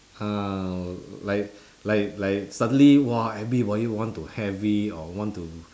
ah like like like suddenly !wah! everybody want to have it or want to